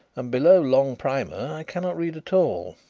and below long primer i cannot read at all.